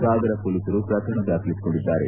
ಸಾಗರ ಪೊಲೀಸರು ಪ್ರಕರಣ ದಾಖಲಿಸಿಕೊಂಡಿದ್ದಾರೆ